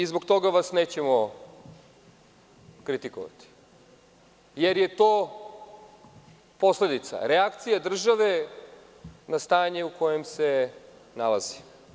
Zbog toga vas nećemo kritikovati, jer je to posledica, reakcija države na stanje u kojem se nalazi.